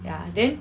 ya then